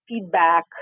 feedback